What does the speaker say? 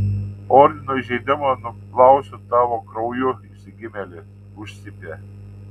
ordino įžeidimą nuplausiu tavo krauju išsigimėli užcypė